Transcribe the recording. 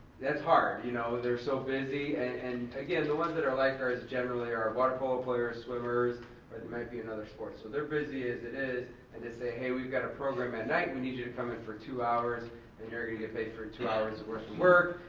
that's hard, you know, they're so busy, and and again, the ones that are lifeguards generally are water polo players, swimmers, or they might be another sport, so they're busy as it is, and to say hey, we've got a program at night, we need you to come in for two hours and you're gonna get paid for two hours worth of work,